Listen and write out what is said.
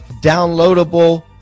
downloadable